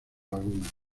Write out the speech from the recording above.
laguna